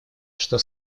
что